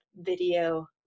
video